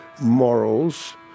morals